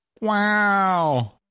wow